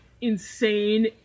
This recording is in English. insane